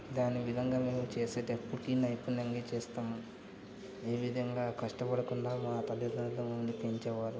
దాని విధంగా మేము చేసేటప్పటికి నైపుణ్యంగా చేస్తాము ఏ విధంగా కష్టపడకుండా మా తల్లిదండ్రులను పెంచేవారు